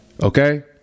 Okay